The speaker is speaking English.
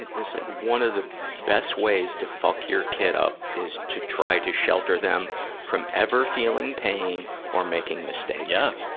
like one of the best ways to fuck your kid up is to try to shelter them from ever feeling pain or making mistakes. yeah,